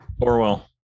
Orwell